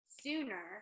sooner